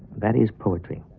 that is poetry.